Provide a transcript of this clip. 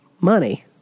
money